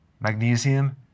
magnesium